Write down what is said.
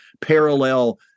parallel